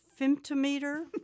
femtometer